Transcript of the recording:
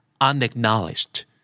unacknowledged